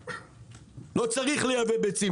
לא צריך לייבא ביצים,